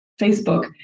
Facebook